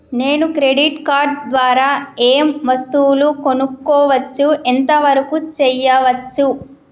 నేను credit card ద్వారా ఏం వస్తువులు కొనుక్కోవచ్చు ఎంత వరకు చేయవచ్చు?